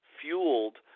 fueled